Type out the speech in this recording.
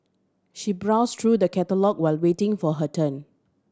she browsed through the catalogue while waiting for her turn